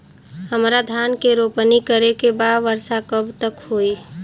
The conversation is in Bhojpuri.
हमरा धान के रोपनी करे के बा वर्षा कब तक होई?